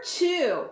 two